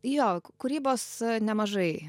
jo kūrybos nemažai